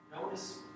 Notice